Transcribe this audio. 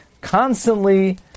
Constantly